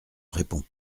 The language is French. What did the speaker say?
répond